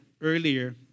earlier